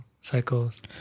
cycles